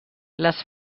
les